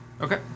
Okay